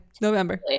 November